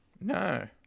no